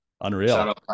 unreal